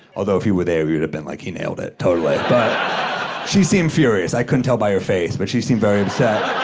although if you were there, you would have been like, he nailed it, totally. but she seemed furious. i couldn't tell by her face, but she seemed very upset.